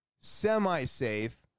semi-safe